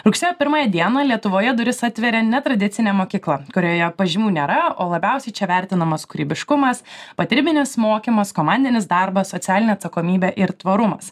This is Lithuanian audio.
rugsėjo pirmąją dieną lietuvoje duris atveria netradicinė mokykla kurioje pažymių nėra o labiausiai čia vertinamas kūrybiškumas patyriminis mokymas komandinis darbas socialinė atsakomybė ir tvarumas